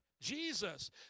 Jesus